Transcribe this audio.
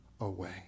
away